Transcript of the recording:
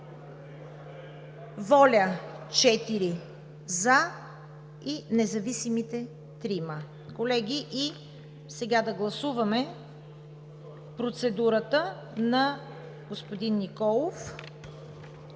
– 4 за, независими – 3 за. Колеги, сега да гласуваме процедурата на господин Николов.